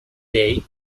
day